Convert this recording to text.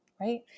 right